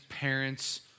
parents